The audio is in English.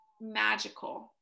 Magical